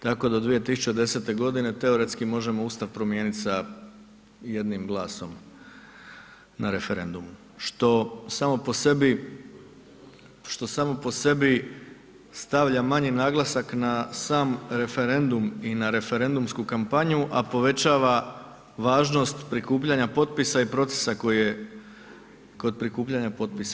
Tako do 2010. godine teoretski možemo Ustav promijenit sa jednim glasom na referendumu, što samo po sebi, što samo po sebi stavlja manji naglasak na sam referendum i na referendumsku kampanju, a povećava važnost prikupljanja potpisa i procesa koji je kod prikupljanja potpisa.